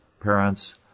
parents